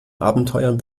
abenteuern